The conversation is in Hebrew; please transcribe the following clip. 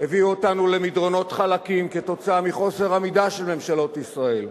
הביאו אותנו למדרונות חלקים עקב חוסר עמידה של ממשלות ישראל,